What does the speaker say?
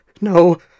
No